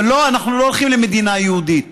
אבל לא, אנחנו לא הולכים למדינה יהודית,